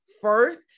first